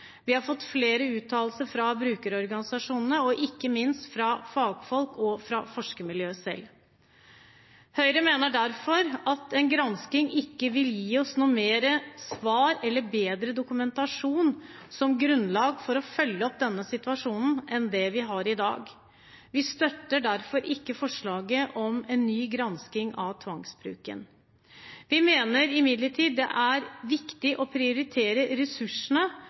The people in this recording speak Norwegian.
vi har fått flere uttalelser fra brukerorganisasjonene og ikke minst fra fagfolk og fra forskermiljøet selv. Høyre mener derfor at en gransking ikke vil gi oss noen flere svar eller bedre dokumentasjon som grunnlag for å følge opp denne situasjonen enn det vi har i dag. Vi støtter derfor ikke forslaget om en ny gransking av tvangsbruken. Vi mener imidlertid det er viktig å prioritere ressursene